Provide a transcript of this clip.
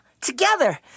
together